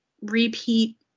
repeat